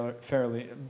fairly